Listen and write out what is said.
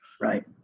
right